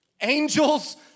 Angels